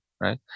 right